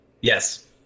Yes